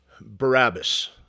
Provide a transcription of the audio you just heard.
Barabbas